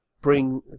bring